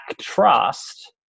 trust